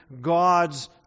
God's